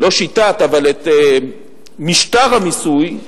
לא שיטת, אבל את, משטר המיסוי,